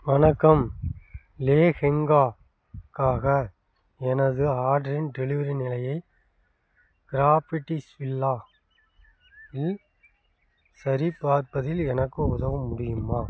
வணக்கம் லெஹெங்காக்காக எனது ஆர்டரின் டெலிவரி நிலையை கிராஃபிட்டிஸ்வில்லா இல் சரிபார்ப்பதில் எனக்கு உதவ முடியுமா